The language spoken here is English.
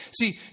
See